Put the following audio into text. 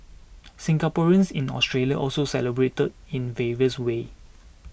Singaporeans in Australia also celebrated in various ways